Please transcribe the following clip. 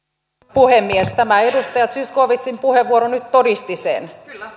puhemies tämä edustaja zyskowiczin puheenvuoro nyt todisti sen